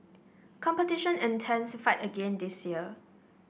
competition intensified again this year